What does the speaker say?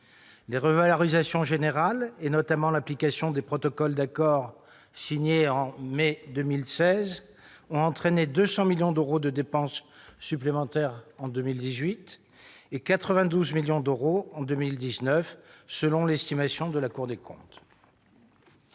Les revalorisations générales, notamment l'application des protocoles d'accord signés en mai 2016, ont entraîné 200 millions d'euros de dépenses supplémentaires en 2018 et la hausse devrait être de 92 millions d'euros en 2019, selon l'estimation de la Cour des comptes.